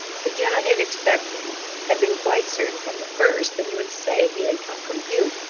sir john had expected had been quite certain from the first that he would say he had come from hugh,